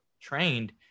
trained